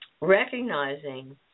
recognizing